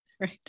Right